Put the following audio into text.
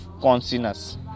consciousness